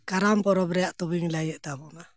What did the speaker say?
ᱠᱟᱨᱟᱢ ᱯᱚᱨᱚᱵᱽ ᱨᱮᱱᱟᱜ ᱛᱚᱵᱮᱧ ᱞᱟᱹᱭᱮᱫ ᱛᱟᱵᱚᱱᱟ